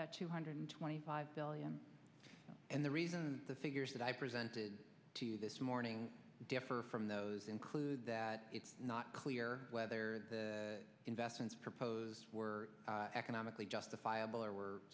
that two hundred twenty five billion and the reason the figures that i presented to you this morning differ from those include that it's not clear whether the investments proposed were economically justifiable or were